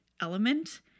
element